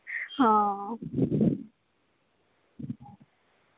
हां